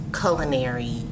culinary